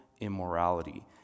immorality